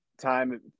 time